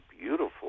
beautiful